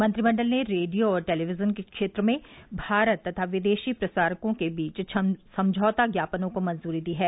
मंत्रिमंडल ने रेडियो और टेलीविजन के क्षेत्र में भारत तथा विदेशी प्रसारकों के बीच समझौता ज्ञापनों को मंजूरी दी है